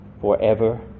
forever